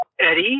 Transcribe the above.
Eddie